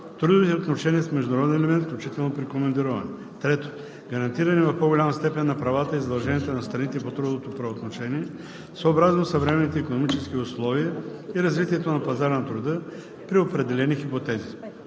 Трудовите отношения с международен елемент, включително при командироване. 3. Гарантиране в по-голяма степен на правата и задълженията на страните по трудовото правоотношение съобразно съвременните икономически условия и развитието на пазара на труда, при определени хипотези.